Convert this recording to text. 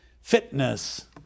fitness